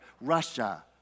Russia